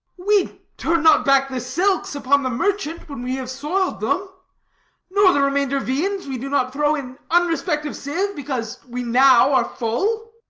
we turn not back the silks upon the merchant when we have soil'd them nor the remainder viands we do not throw in unrespective sieve, because we now are full.